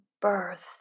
birth